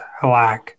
Halak